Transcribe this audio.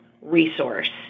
resource